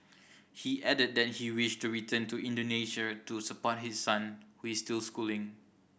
he added that he wished to return to Indonesia to support his son who is still schooling